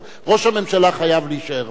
ראש הממשלה חייב להישאר פה.